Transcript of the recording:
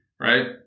right